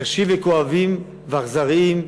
קשים, וכואבים ואכזריים,